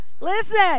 Listen